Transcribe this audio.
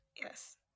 Yes